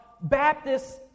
Baptists